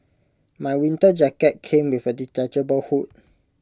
my winter jacket came with A detachable hood